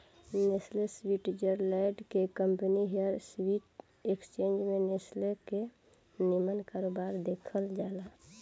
Nestle Switzerland के company हिय Swiss exchange में नेस्ले के निमन कारोबार देखल जाला